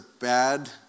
bad